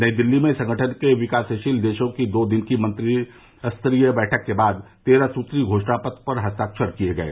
नई दिल्ली में संगठन के विकासशील देशों की दो दिन की मंत्रिस्तरीय बैठक के बाद तेरह सूत्रीय घोषणा पत्र पर हस्ताक्षर किये गये